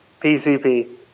PCP